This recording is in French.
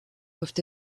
peuvent